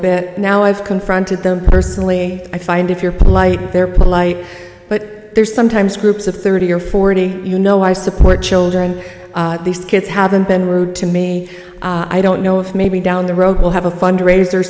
bit now i've confronted them personally i find if you're polite they're polite but there's sometimes groups of thirty or forty you know i support children these kids haven't been rude to me i don't know if maybe down the road we'll have a fundraiser